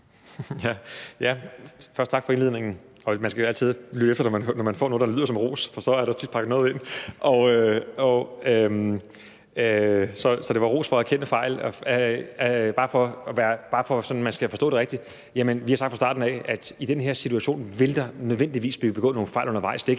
Først vil jeg sige tak for indledningen. Man skal jo altid lytte efter, når man får noget, der lyder som en ros, for så stikker der tit noget under. Så det var en ros for at erkende fejl, hvis man skal forstå det rigtigt. Vi har sagt fra starten af, at i den her situation vil der nødvendigvis blive begået nogle fejl undervejs. Det er ikke